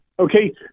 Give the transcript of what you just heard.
Okay